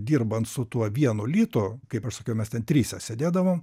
dirbant su tuo vieno litu kai aš sakiau mes trise sėdėdavom